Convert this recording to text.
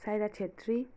Saira Chhetri